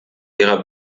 ihrer